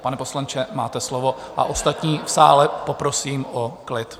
Pane poslanče, máte slovo, a ostatní v sále poprosím o klid.